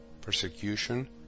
persecution